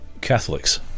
catholics